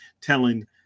telling